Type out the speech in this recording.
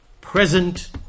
Present